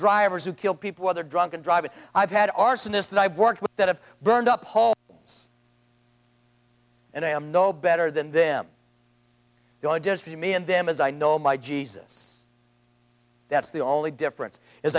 drivers who kill people other drunken driving i've had arsonists i've worked with that have burned up paul and i am no better than them you are just to me and them as i know my jesus that's the only difference is